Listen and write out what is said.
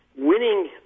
winning